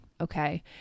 okay